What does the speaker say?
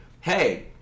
hey